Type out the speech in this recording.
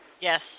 Yes